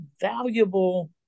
valuable